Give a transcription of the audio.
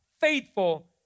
faithful